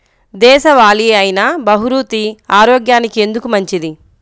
దేశవాలి అయినా బహ్రూతి ఆరోగ్యానికి ఎందుకు మంచిది?